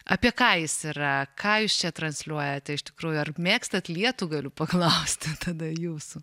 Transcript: apie ką jis yra ką jūs čia transliuojate iš tikrųjų ar mėgstat lietų galiu paklausti tada jūsų